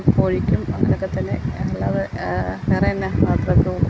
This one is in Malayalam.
കോഴിക്കും അങ്ങനെയൊക്കെ തന്നെ ഉള്ളത് വേറെ എന്നാ